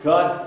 God